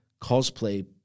cosplay